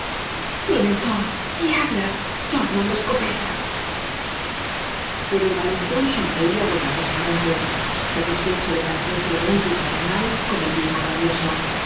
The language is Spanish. lladre tornara la escopctal pero el valentón sonreía bondadosamente satisfecho de parecer prudente y paternal con el viejo rabioso